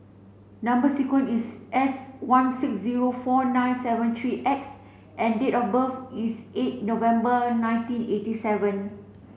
number sequence is S one six zero four nine seven three X and date of birth is eight November nineteen eighty seven